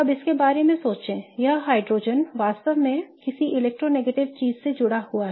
अब इसके बारे में सोचें यह हाइड्रोजन वास्तव में किसी इलेक्ट्रोनगेटिव चीज से जुड़ा है